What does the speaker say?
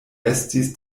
estis